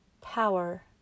power